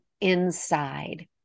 inside